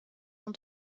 ans